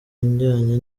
ijyanye